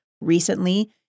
recently